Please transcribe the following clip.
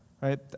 right